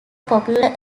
popular